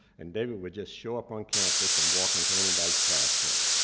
and david would just show up on campus and walk into anybody's classroom.